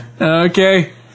Okay